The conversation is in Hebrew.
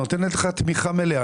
היא נותנת לך תמיכה מלאה,